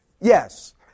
Yes